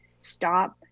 stop